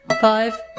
five